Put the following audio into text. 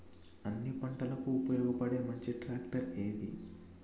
అన్ని పంటలకు ఉపయోగపడే మంచి ట్రాక్టర్ ఏది?